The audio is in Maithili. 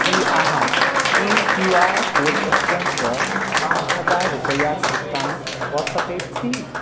की अहाँ ई क्यू आर कोड स्कैन कऽ पाँच हजार रुपैआक भुगतान कऽ सकैत छी